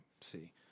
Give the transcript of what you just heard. see